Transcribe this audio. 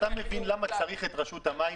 אתה מבין למה צריך את רשות המים?